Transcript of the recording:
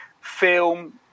film